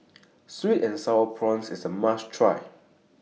Sweet and Sour Prawns IS A must Try